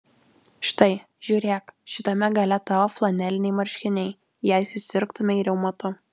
štai žiūrėk šitame gale tavo flaneliniai marškiniai jei susirgtumei reumatu